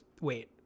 Wait